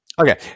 Okay